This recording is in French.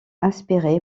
inspiré